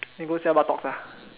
then go sell buttocks ah